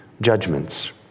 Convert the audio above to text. judgments